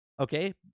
okay